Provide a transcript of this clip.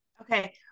okay